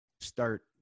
start